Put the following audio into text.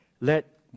Let